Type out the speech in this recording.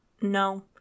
No